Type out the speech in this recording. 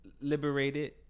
Liberated